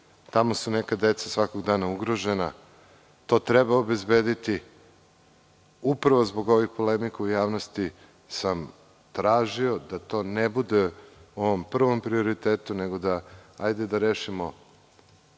tamo su neka deca svakog dana ugrožena. To treba obezbediti. Upravo zbog ovih polemika u javnosti sam tražio da to ne bude u ovom prvom prioritetu nego hajde da rešimo